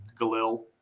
Galil